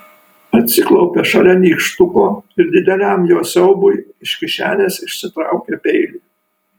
atsiklaupė šalia nykštuko ir dideliam jo siaubui iš kišenės išsitraukė peilį